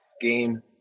game